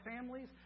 families